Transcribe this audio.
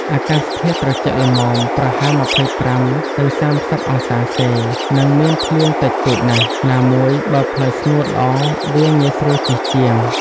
អាកាសធាតុត្រជាក់ល្មម (ប្រហែល ២៥-៣០ អង្សាសេ) និងមានភ្លៀងតិចតួចណាស់ ណាមួយបើផ្លូវស្ងួតល្អវាងាយស្រួលជិះជាង។